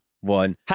one